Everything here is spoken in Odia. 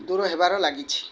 ଦୂର ହେବାର ଲାଗିଛି